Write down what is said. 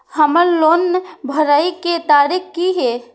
हमर लोन भरए के तारीख की ये?